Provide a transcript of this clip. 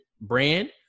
brand